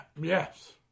Yes